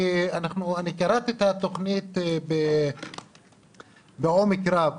קראתי את התוכנית בעומק רב,